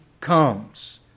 comes